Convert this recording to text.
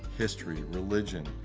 history, religion,